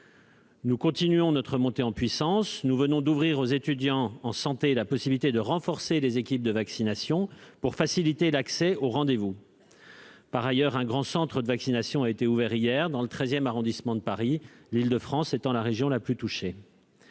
Nous continuons à monter en puissance. Nous venons par exemple d'ouvrir aux étudiants en santé la possibilité de renforcer les équipes de vaccination pour faciliter l'accès aux rendez-vous. Par ailleurs, un grand centre de vaccination a été ouvert hier dans le XIII arrondissement de Paris, l'Île-de-France étant la région la plus touchée.